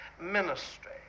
ministry